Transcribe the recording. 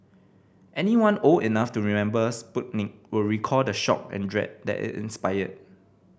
anyone old enough to remember Sputnik will recall the shock and dread that it inspired